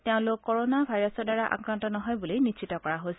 তেওঁলোক কৰোণা ভাইৰাছৰ দ্বাৰা আক্ৰান্ত নহয় বুলি নিশ্চিত কৰা হৈছে